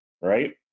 right